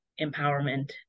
empowerment